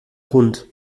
hund